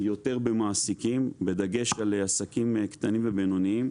יותר במעסיקים בדגש על עסקים קטנים ובינוניים,